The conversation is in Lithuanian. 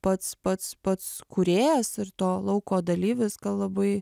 pats pats pats kūrėjas ir to lauko dalyvis labai